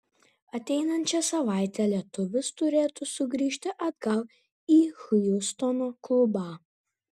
ateinančią savaitę lietuvis turėtų sugrįžti atgal į hjustono klubą